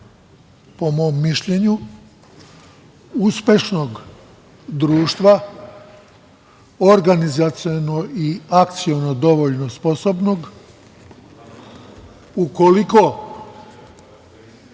po mom mišljenju, uspešnog društva, organizaciono i akciono dovoljno sposobnog, ukoliko